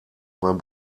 mein